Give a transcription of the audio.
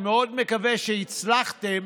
אני מאוד מקווה שהצלחתם